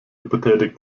betätigt